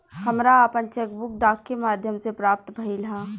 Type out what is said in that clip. हमरा आपन cheque book डाक के माध्यम से प्राप्त भइल ह